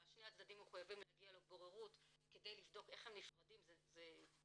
ששני הצדדים יהיו מחויבים להגיע לבוררות כדי לבדוק איך הם נפרדים בנכס,